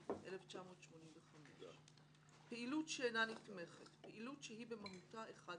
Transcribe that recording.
התשמ"ה-1985"; "פעילות שאינה נתמכת" פעילות שהיא במהותה אחת